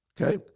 Okay